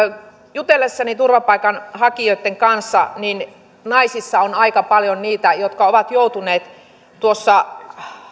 jutellessani turvapaikanhakijoitten kanssa naisissa on aika paljon niitä jotka ovat joutuneet tuossa